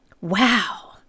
Wow